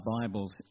bibles